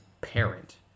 parent